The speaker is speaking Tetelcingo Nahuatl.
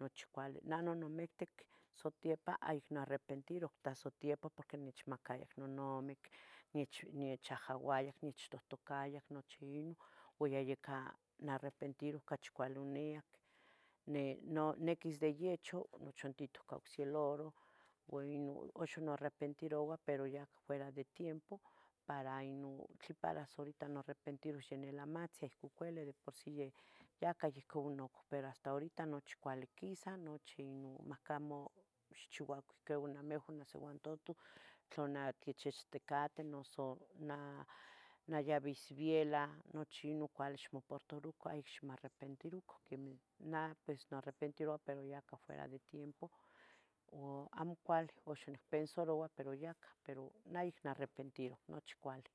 nochi cuali. Neh nonamictic satiepan ayic narrepentiro hasta satiepan porque onechmacaya nonamic, nechahauayac, nechtohtocayac, nochi inon. Oyaya can narrepentiro ocachi cuali oniyac, niquis de yechoh nochantitoh ca ocse laro. Axan marepentirouan, pero yac fuera de tiempo para inon para tlin horita inmoarrpentiros ya nilamatzin acmo cualih, de por sí ya cah, yeh conoc, pero hasta horita nochi cuali, quisa nochic. Macamo ixchiuacan namehuan nansiuatotu tlen nanechitzticateh noso nayaveh isvielah, nochi inon cuali ixmoputarocan, ayic ixmarepentirucan, quemah nah, pus nimoarrepentiroua, pero ya fuera de tiempo uan amo cuali, axan yanicpensaroua, pero ya cah. Pero nayic narrepentiroh nochi cualih.